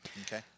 okay